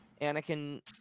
Anakin